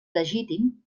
legítim